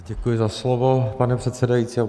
Děkuji za slovo, pane předsedající.